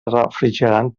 refrigerant